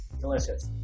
Delicious